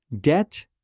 Debt